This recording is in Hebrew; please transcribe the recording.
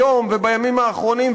היום ובימים האחרונים,